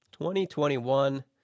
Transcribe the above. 2021